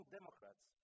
Democrats